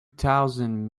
thousand